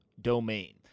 domain